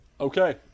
Okay